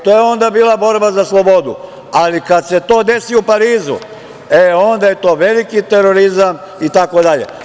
To je onda bila borba za slobodu, ali kad se to desi u Parizu, e onda je to veliki terorizam, itd.